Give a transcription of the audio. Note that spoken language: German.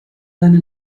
seine